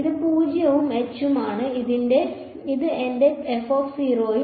ഇത് 0 ഉം h ഉം ആണ് ഇത് എന്റെയും